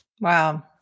Wow